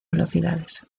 velocidades